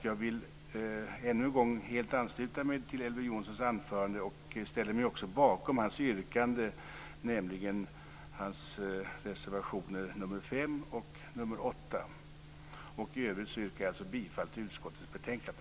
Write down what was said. Jag vill ännu en gång säga att jag helt ansluter mig till Elver Jonssons anförande, och jag ställer mig också bakom hans yrkande gällande reservationerna nr 5 och nr 8. I övrigt yrkar jag alltså bifall till hemställan i utskottets betänkande.